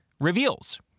reveals